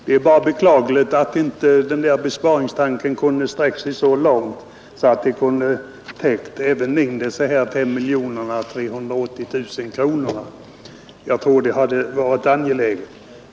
Det är bara beklagligt att inte besparingstanken kunde sträcka sig så långt att den täckte in även dessa 5 380 000 kronor. Jag tror det hade varit angeläget.